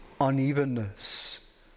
unevenness